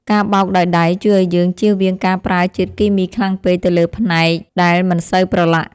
ការបោកដោយដៃជួយឱ្យយើងចៀសវាងការប្រើជាតិគីមីខ្លាំងពេកទៅលើផ្នែកដែលមិនសូវប្រឡាក់។